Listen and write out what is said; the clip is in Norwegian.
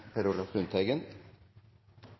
Per Olaf Lundteigen